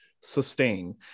sustain